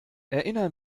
erinner